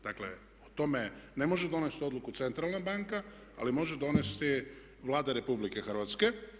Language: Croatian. Dakle o tome ne može donesti odluku Centralna banka ali može donesti Vlada Republike Hrvatske.